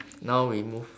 now we move